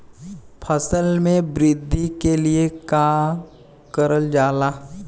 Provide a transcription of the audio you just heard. फसल मे वृद्धि के लिए का करल जाला?